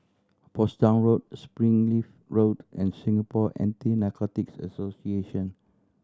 Portsdown Road Springleaf Road and Singapore Anti Narcotics Association